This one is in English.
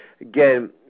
Again